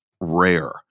rare